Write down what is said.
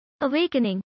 Awakening